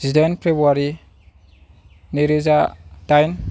जिदाइन फ्रेबुवारि नैरोजा दाइन